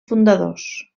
fundadors